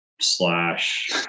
slash